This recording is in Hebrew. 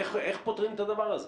איך פותרים את הדבר הזה?